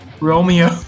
Romeo